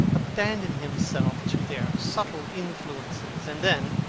abandon himself to their subtle influences, and then,